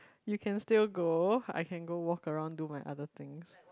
you can still go I can go walk around do my other things